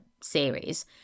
series